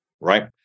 right